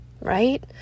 right